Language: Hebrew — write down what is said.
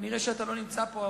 כנראה אתה לא נמצא פה,